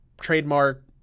trademark